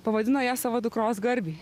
pavadino ją savo dukros garbei